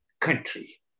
country